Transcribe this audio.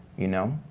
you know?